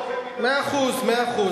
מאה אחוז, מאה אחוז.